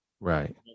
right